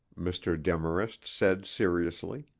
mr. demarest said seriously.